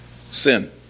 Sin